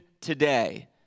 today